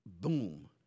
boom